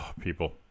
people